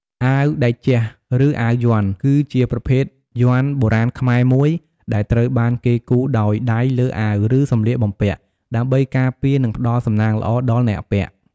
អាវតេជៈ ឬអាវយ័ន្ត គឺជាប្រភេទយ័ន្តបុរាណខ្មែរមួយដែលត្រូវបានគេគូរដោយដៃលើអាវ ឬសម្លៀកបំពាក់ ដើម្បីការពារ និងផ្ដល់សំណាងល្អដល់អ្នកពាក់។